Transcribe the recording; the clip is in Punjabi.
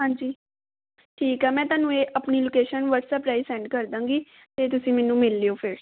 ਹਾਂਜੀ ਠੀਕ ਆ ਮੈਂ ਤੁਹਾਨੂੰ ਇਹ ਆਪਣੀ ਲੋਕੇਸ਼ਨ ਵ੍ਹਟਸਐਪ ਰਾਹੀਂ ਸੈਂਡ ਕਰ ਦਾਂਗੀ ਅਤੇ ਤੁਸੀਂ ਮੈਨੂੰ ਮਿਲ ਲਿਓ ਫਿਰ